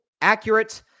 accurate